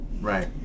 Right